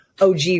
OG